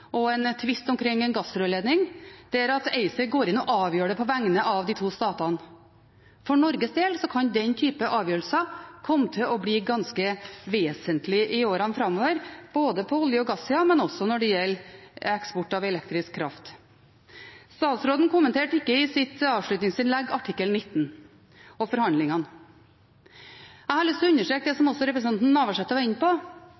og en tvist omkring en gassrørledning, der ACER går inn og avgjør den på vegne av de to statene. For Norges del kan den typen avgjørelser komme til å bli ganske vesentlige i årene framover, både på olje- og gassiden og når det gjelder eksport av elektrisk kraft. Statsråden kommenterte ikke artikkel 19 og forhandlingene i sitt avslutningsinnlegg. Jeg har lyst til å understreke det som også representanten Navarsete var inne på.